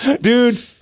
Dude